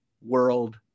world